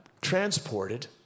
transported